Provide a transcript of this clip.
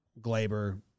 Glaber